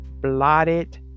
blotted